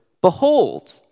behold